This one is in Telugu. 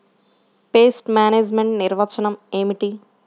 పెస్ట్ మేనేజ్మెంట్ నిర్వచనం ఏమిటి?